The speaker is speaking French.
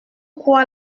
quoi